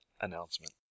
announcement